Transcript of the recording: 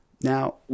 Now